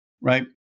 right